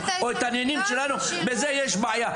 הנינים שלנו - אז יש בעיה.